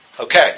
Okay